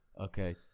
Okay